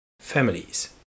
Families